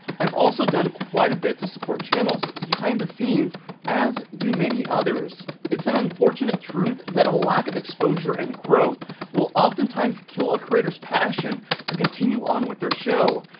i've also done quite a bit to support channels behind the scenes as do many others. it's an unfortunate truth that a lack of exposure and growth will often times kill a creators passion to continue on with their show.